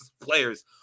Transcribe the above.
players